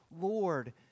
Lord